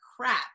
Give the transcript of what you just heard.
crap